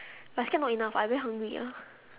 I scared not enough I very hungry ah